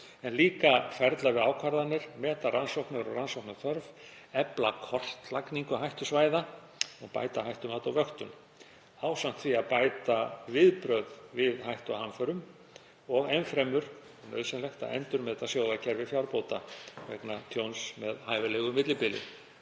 en líka ferla við ákvarðanir, meta rannsóknir og rannsóknaþörf, efla kortlagningu hættusvæða og bæta hættumat og vöktun, ásamt því að bæta viðbrögð við hættu og hamförum og enn fremur er nauðsynlegt að endurmeta sjóðakerfi fjárbóta vegna tjóns með hæfilegu millibili.